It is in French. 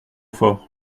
fort